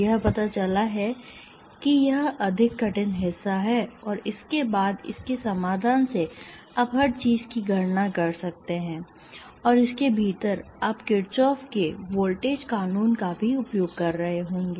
यह पता चला है कि यह अधिक कठिन हिस्सा है और इसके बाद इसके समाधान से आप हर चीज की गणना कर सकते हैं और इसके भीतर आप किरचॉफ के वोल्टेज कानून Kirchoffs voltage law का भी उपयोग कर रहे होंगे